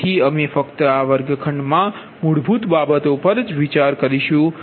તેથી અમે ફક્ત આ વર્ગખંડમાં મૂળભૂત બાબતો પર વિચાર કરીશું